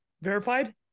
verified